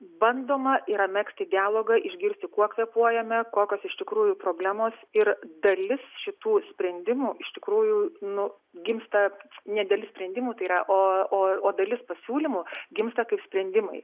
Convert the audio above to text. bandoma yra megzti dialogą išgirsti kuo kvėpuojame kokios iš tikrųjų problemos ir dalis šitų sprendimų iš tikrųjų nu gimsta ne dalis sprendimų tai yra o o dalis pasiūlymų gimsta kaip sprendimai